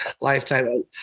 lifetime